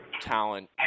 talent